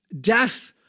Death